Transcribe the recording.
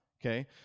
okay